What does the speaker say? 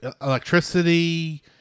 electricity